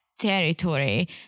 territory